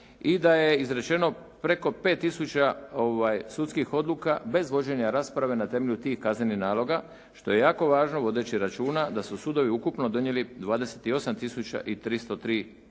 i da je izrečeno preko 5 tisuća sudskih odluka bez vođenja rasprave na temelju tih kaznenih naloga što je jako važno vodeći računa da su sudovi ukupno donijeli 28 tisuća i